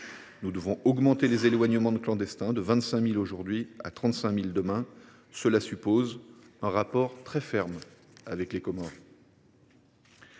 Nous devons porter le nombre d’éloignements de clandestins de 25 000 aujourd’hui à 35 000 demain. Cela suppose un rapport très ferme avec les autorités